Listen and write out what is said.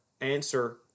answer